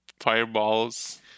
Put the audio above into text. fireballs